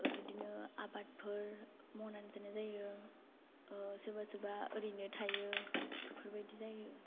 बिदिनो आबादफोर मावनानै जानाय जायो सोरबा सोरबा ओरैनो थायो बेफोबायदि जायो